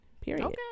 Period